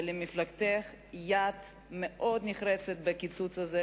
ולמפלגתך יד מאוד נחרצת בקיצוץ הזה,